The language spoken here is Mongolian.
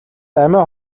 амиа